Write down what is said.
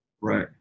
Right